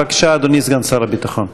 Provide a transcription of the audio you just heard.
בבקשה, אדוני סגן שר הביטחון.